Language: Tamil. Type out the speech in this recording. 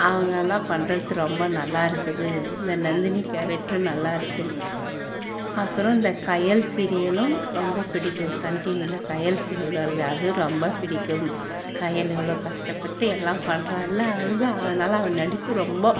அவங்கெலாம் பண்ணுறது ரொம்ப நல்லா இருக்குது இந்த நந்தினி கேரக்ட்ரு நல்லாயிருக்குது அப்புறம் இந்த கயல் சீரியலும் ரொம்ப பிடிக்கும் சன் டிவியில் கயல் சீரியல் வருதே அதுவும் ரொம்ப பிடிக்கும் கயல் எவ்வளோ கஷ்டப்பட்டு எல்லாம் பண்றாள் இல்லை அது அவள் நடிப்பு ரொம்ப